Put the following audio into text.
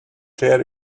chair